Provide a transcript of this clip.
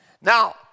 Now